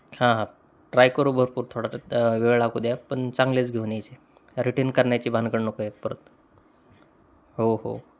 हां हां ट्राय करू भरपूर थोडा वेळ लागू द्या पण चांगलेच घेऊन याचे रिटर्न करण्याची भानगड नको आहे परत हो हो